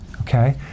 okay